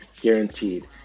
guaranteed